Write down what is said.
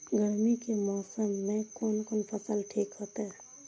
गर्मी के मौसम में कोन कोन फसल ठीक होते?